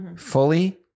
Fully